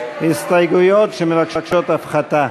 הסתייגויות שמבקשות הפחתה.